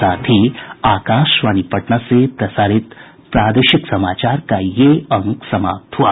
इसके साथ ही आकाशवाणी पटना से प्रसारित प्रादेशिक समाचार का ये अंक समाप्त हुआ